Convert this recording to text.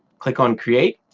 click on create,